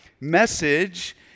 message